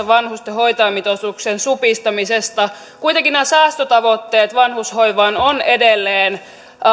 vanhusten hoitajamitoituksen supistamisesta kuitenkin nämä säästötavoitteet vanhushoivaan ovat edelleen